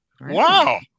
Wow